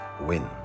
win